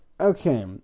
okay